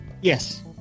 Yes